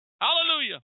Hallelujah